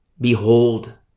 behold